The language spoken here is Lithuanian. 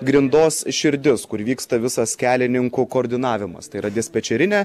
grindos širdis kur vyksta visas kelininkų koordinavimas tai yra dispečerinė